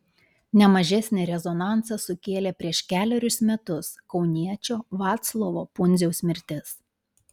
ne mažesnį rezonansą sukėlė prieš kelerius metus kauniečio vaclovo pundziaus mirtis